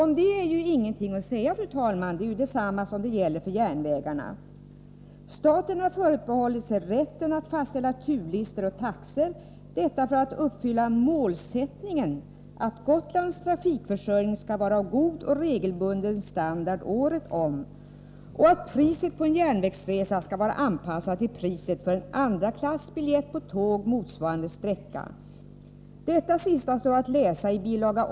Om detta är ingenting att säga — det är samma förhållande som gäller för järnvägarna. Staten har förbehållit sig rätten att fastställa turlistor och taxor — detta för att målsättningen skall uppfyllas att Gotlands trafikförsörjning skall vara av god och regelbunden standard året om och att priset på en färjeresa skall vara anpassat till priset för en andraklassbiljett på tåg för motsvarande sträcka. Detta sista står att läsa i bil.